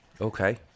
okay